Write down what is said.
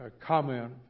comment